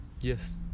Yes